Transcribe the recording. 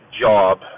job